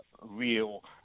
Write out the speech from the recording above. real